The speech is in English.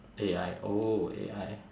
A_I oh A_I